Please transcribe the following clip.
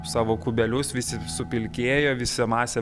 savo kubelius visi supilkėjo visa masė